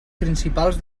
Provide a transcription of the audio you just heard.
principals